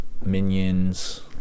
minions